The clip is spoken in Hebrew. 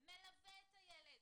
מלווה את הילד,